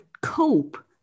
cope